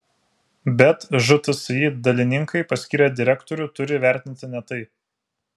bet žtsi dalininkai paskyrę direktorių turi vertinti ne tai